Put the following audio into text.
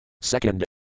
Second